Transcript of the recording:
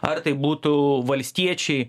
ar tai būtų valstiečiai